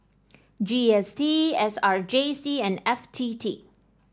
G S T S R J C and F T T